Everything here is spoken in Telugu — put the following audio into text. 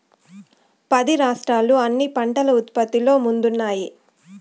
పది రాష్ట్రాలు అన్ని పంటల ఉత్పత్తిలో ముందున్నాయి